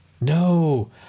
No